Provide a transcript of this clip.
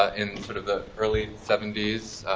ah in sort of the early seventy s